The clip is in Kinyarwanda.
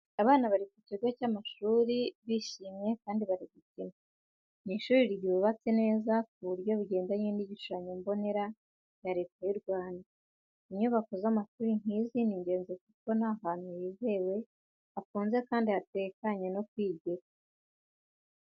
Abana bari ku kigo cy'amashuri bishimye kandi bari gukina. Ni ishuri ryubatse neza ku buryo bugendanye n'igishushanyo mbonera cya Leta y'u Rwanda. Inyubako z’amashuri nk’izi ni ingenzi kuko ni ahantu hizewe, hafunze kandi hatekanye ho kwigira.